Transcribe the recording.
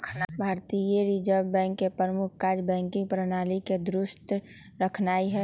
भारतीय reserve bank के प्रमुख काज़ बैंकिंग प्रणाली के दुरुस्त रखनाइ हइ